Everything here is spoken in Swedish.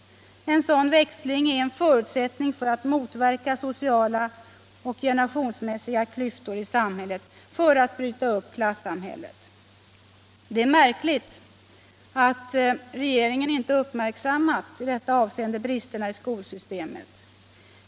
En sådan lösning är en förutsättning för att motverka sociala och generationsmässiga klyftor i samhället och för att bryta upp klassamhället. Det är märkligt att regeringen inte uppmärksammat bristerna i skolsystemet i detta avseende.